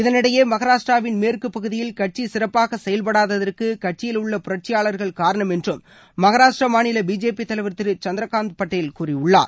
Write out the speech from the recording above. இதனிடையே மகாராஷ்டிராவின் மேற்கு பகுதியில் கட்சி சிறப்பாக செயல்படாததற்கு கட்சியில் உள்ள புரட்சியாளர்கள் காணரம் என்றும் மகாராஷ்டரா மாநில பிஜேபி தலைவர் திரு சந்திரகாந்த் பட்டேல் கூறியுள்ளார்